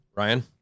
Ryan